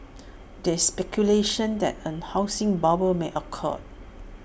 there is speculation that A housing bubble may occur